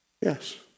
Yes